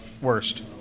Worst